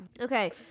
okay